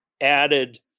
added